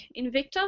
Invicta